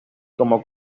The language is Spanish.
como